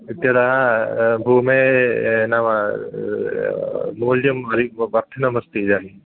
इत्यतः भूमेः नाम मूल्यं वरि वर्धितमस्ति इदानीं